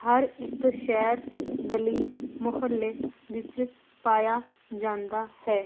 ਹਰ ਇੱਕ ਸ਼ਹਿਰ ਗਲੀ ਮੁਹੱਲੇ ਵਿੱਚ ਪਾਇਆ ਜਾਂਦਾ ਹੈ